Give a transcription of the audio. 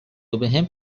وبهم